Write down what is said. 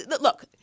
look